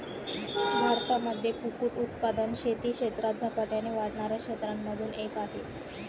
भारतामध्ये कुक्कुट उत्पादन शेती क्षेत्रात झपाट्याने वाढणाऱ्या क्षेत्रांमधून एक आहे